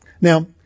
Now